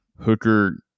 Hooker